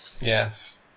Yes